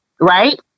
right